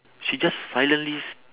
she just silently